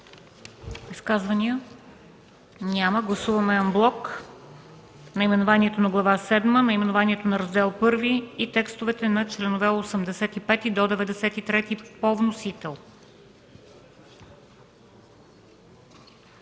Изказвания? Няма. Гласуваме анблок наименованието на Глава седма, наименованието на Раздел І и текстовете на членове от 85 до 93 по вносител.